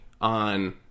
on